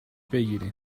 بگیرین